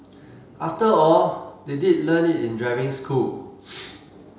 after all they did learn it in driving school